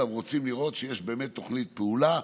אלא רוצים לראות שיש באמת תוכנית פעולה,